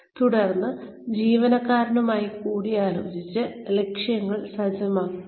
തുടർന്ന് ജീവനക്കാരനുമായി കൂടിയാലോചിച്ച് ലക്ഷ്യങ്ങൾ സജ്ജമാക്കുക